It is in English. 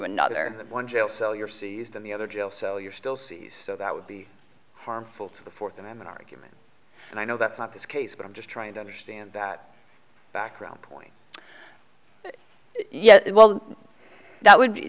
another one jail cell you're seized in the other jail cell you're still sees so that would be harmful to the fourth amendment argument and i know that's not this case but i'm just trying to understand that background point yeah well that would be